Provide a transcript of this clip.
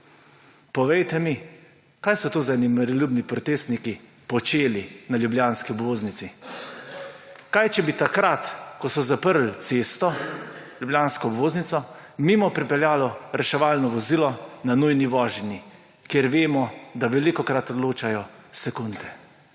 Povejte mi, kaj so to za eni miroljubni protestniki počeli na ljubljanski obvoznici. Kaj bi bilo, če bi takrat, ko so zaprli cesto, ljubljansko obvoznico, mimo pripeljalo reševalno vozilo na nujni vožnji, ker vemo, da velikokrat odločajo sekunde?